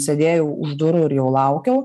sėdėjau už durų ir jo laukiau